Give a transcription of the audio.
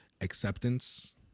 acceptance